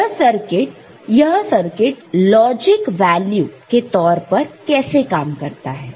तो यह circuit logic value के तौर पर कैसे काम करता है